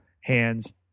hands